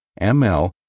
ML